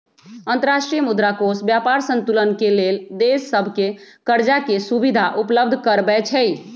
अंतर्राष्ट्रीय मुद्रा कोष व्यापार संतुलन के लेल देश सभके करजाके सुभिधा उपलब्ध करबै छइ